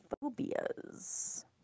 phobias